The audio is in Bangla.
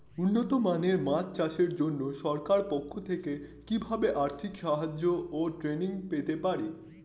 উন্নত মানের মাছ চাষের জন্য সরকার পক্ষ থেকে কিভাবে আর্থিক সাহায্য ও ট্রেনিং পেতে পারি?